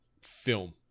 film